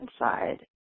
inside